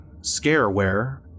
Scareware